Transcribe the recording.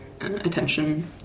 attention